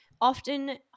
often